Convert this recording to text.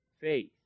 faith